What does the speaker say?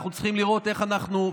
אנחנו צריכים לראות איך אנחנו,